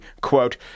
quote